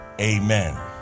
Amen